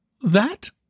That